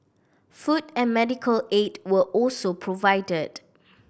food and medical aid were also provided